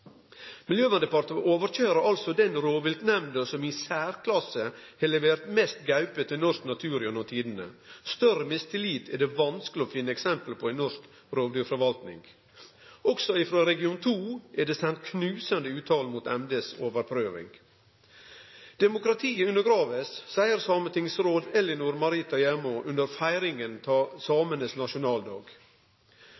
overkøyrer altså den rovviltnemnda som i særklasse har levert mest gaupe til norsk natur gjennom tidene. Større mistillit er det vanskeleg å finne eksempel på i norsk rovdyrforvalting. Også frå region 2 er det sendt knusande uttale mot Miljøverndepartementets overprøving. Demokratiet blir undergrave, sa sametingsråd Ellinor Marita Jåma under feiringa av